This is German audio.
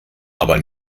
aber